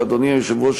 אדוני היושב-ראש,